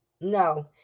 no